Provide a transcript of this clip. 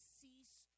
cease